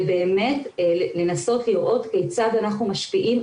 ובאמת לנסות לראות כיצד אנחנו משפיעים.